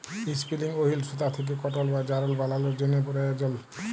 ইসপিলিং ওহিল সুতা থ্যাকে কটল বা যারল বালালোর জ্যনহে পেরায়জল